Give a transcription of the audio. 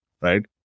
right